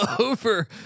over